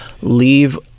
leave